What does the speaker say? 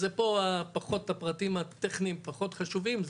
אז פה אלו הפרטים הטכניים, פחות חשובים.